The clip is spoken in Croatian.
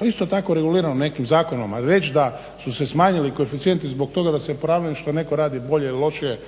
je isto tako regulirano nekim zakonom. Ali reći da su se smanjili koeficijenti zbog toga da se opravda što neko radi bolje ili lošije